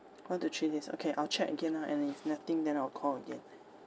one to three days okay I'll check again ah and if nothing then I'll call again